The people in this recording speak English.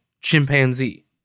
chimpanzee